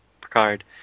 Picard